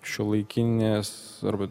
šiuolaikinės arba